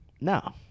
No